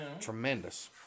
tremendous